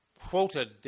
quoted